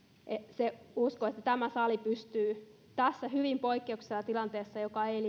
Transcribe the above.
että tämä sali pystyy tässä hyvin poikkeuksellisessa tilanteessa joka ei